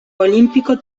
olímpico